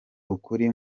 ukuri